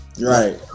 Right